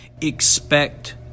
expect